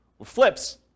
flips